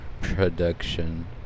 production